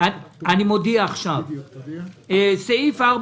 אני מודיע עכשיו שסעיף 4,